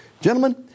Gentlemen